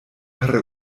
per